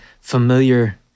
familiar